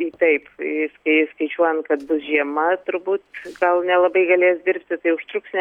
taip į įskaičiuojam kad bus žiema turbūt gal nelabai galės dirbti tai užtruks